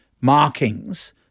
Markings